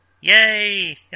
Yay